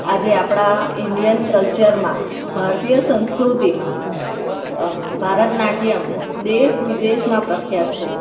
આજે આપણાં ઇન્ડિયન કલ્ચરમાં ભારતીય સંસ્ક્રૃતિમાં ભરતનાટ્યમ દેશ વિદેશમાં પ્રખ્યાત છે